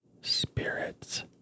spirits